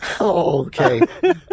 okay